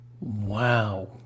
Wow